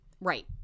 Right